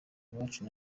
iwacu